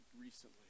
recently